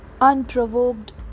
unprovoked